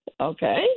okay